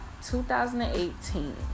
2018